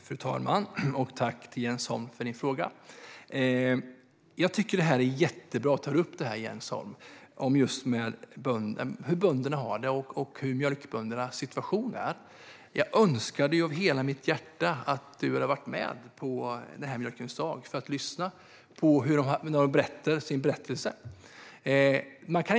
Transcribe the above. Fru talman! Tack, Jens Holm, för din fråga! Jag tycker att det är jättebra att du tar upp detta med hur bönderna har det och hur mjölkböndernas situation är, Jens Holm. Jag önskar av hela mitt hjärta att du hade varit med på Mjölkens dag. Då hade du kunnat lyssna på några berättelser.